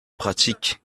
pratique